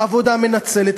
עבודה מנצלת,